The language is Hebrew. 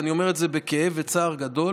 ואני אומר את זה בכאב ובצער גדול,